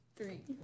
three